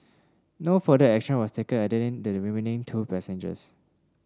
no further action was taken against the remaining two passengers